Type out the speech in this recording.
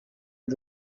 que